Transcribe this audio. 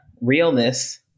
realness